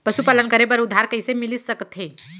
पशुपालन करे बर उधार कइसे मिलिस सकथे?